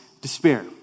despair